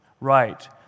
right